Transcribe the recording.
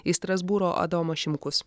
iš strasbūro adomas šimkus